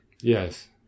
Yes